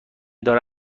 داره